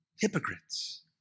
hypocrites